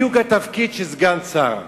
זה בדיוק התפקיד של סגן שר.